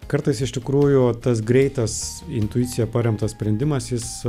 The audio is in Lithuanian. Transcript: kartais iš tikrųjų tas greitas intuicija paremtas sprendimas jis